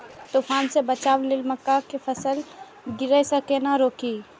तुफान से बचाव लेल मक्का फसल के गिरे से केना रोकी?